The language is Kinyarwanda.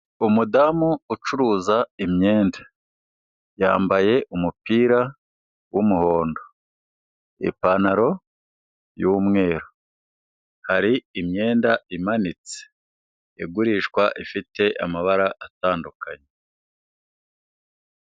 Umudamu ucuruza imyenda, yambaye umupira w'umuhondo, ipantaro y'umweru, hari imyenda imanitse, igurishwa ifite amabara atandukanye.